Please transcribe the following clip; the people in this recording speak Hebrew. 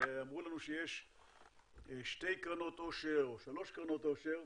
שאמרו לנו שיש שתיים או שלוש קרנות עושר,